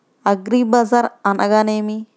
అగ్రిబజార్ అనగా నేమి?